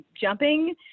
jumping